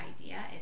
idea